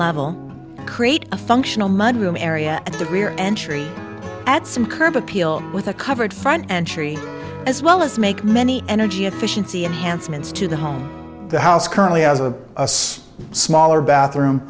level create a functional mud room area at the rear entry at some curb appeal with a covered front entry as well as make many energy efficiency unhandsome ins to the home the house currently has a us smaller bathroom